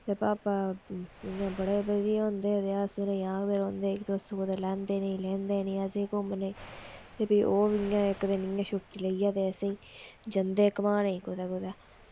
ते पापा इ'यां बड़े बिज़ी होंदे ते अस आखदे रौंह्दे कि तुस कुदै लैंदे निं असें गी घुम्मनै गी ते ओह् फ्ही इ'यां इक दिन छुट्टी लेइयै असें गी जंदे हे घुम्मानै गी कुदै कुदै